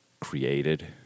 created